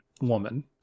woman